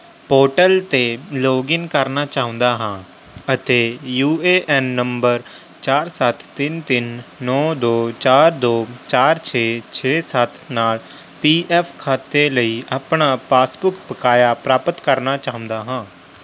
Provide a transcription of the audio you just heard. portal 'ਤੇ login ਕਰਨਾ ਚਾਹੁੰਦਾ ਹਾਂ ਅਤੇ ਯੂ ਏ ਐੱਨ ਨੰਬਰ ਚਾਰ ਸੱਤ ਤਿੰਨ ਤਿੰਨ ਨੌ ਦੋ ਚਾਰ ਦੋ ਚਾਰ ਛੇ ਛੇ ਸੱਤ ਨਾਲ ਪੀ ਐੱਫ ਖਾਤੇ ਲਈ ਆਪਣਾ ਪਾਸਬੁੱਕ ਬਕਾਇਆ ਪ੍ਰਾਪਤ ਕਰਨਾ ਚਾਹੁੰਦਾ ਹਾਂ